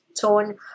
tone